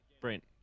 Brent